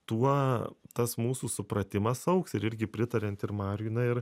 tuo tas mūsų supratimas augs ir irgi pritariant ir mariui na ir